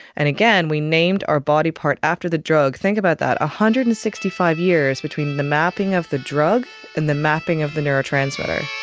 and again, we named our body part after the drug. think about that, one hundred and sixty five years between the mapping of the drug and the mapping of the neurotransmitter.